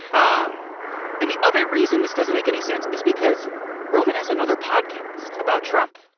um and the other reason this doesn't make any sense is because roman has another podcast. about trump.